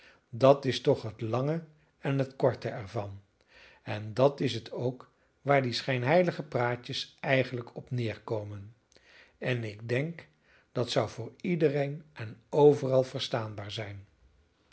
dat is toch het lange en het korte er van en dat is het ook waar die schijnheilige praatjes eigenlijk op neer komen en ik denk dat zou voor iedereen en overal verstaanbaar zijn